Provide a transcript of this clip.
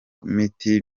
miti